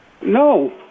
No